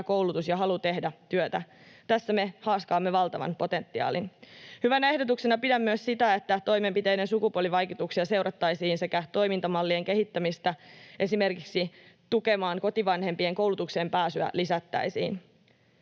koulutus ja halu tehdä työtä. Tässä me haaskaamme valtavan potentiaalin. Hyvänä ehdotuksena pidän myös sitä, että toimenpiteiden sukupuolivaikutuksia seurantaa sekä toimintamallien kehittämistä esimerkiksi tukemaan kotivanhempien koulutukseen pääsyä. Ja sen